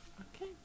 Okay